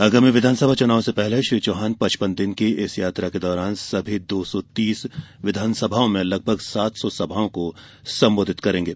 आगामी विधानसभा चुनाव से पहले श्री चौहान पचपन दिन की इस यात्रा के दौरान सभी दो सौ तीस विधानसभाओं में लगभग सात सौ सभाओं को सम्बोधित करेंगे